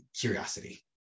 curiosity